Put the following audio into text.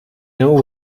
know